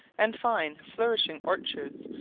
and fine flourishing orchards,